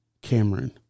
Cameron